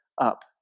up